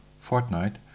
fortnight